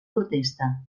protesta